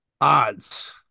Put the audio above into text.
odds